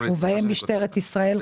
ובהם משטרת ישראל.